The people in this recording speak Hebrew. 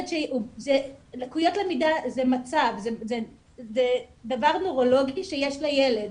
לקויות למידה זה מצב, זה דבר נוירולוגי שיש לילד.